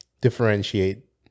differentiate